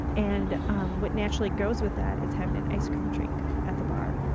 and um what naturally goes with that is having an ice cream drink at the bar.